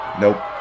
nope